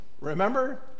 remember